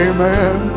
Amen